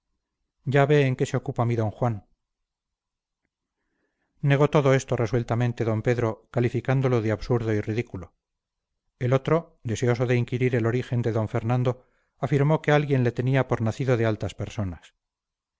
ya ve en qué se ocupa mi d juan negó todo esto resueltamente d pedro calificándolo de absurdo y ridículo el otro deseoso de inquirir el origen de d fernando afirmó que alguien le tenía por nacido de altas personas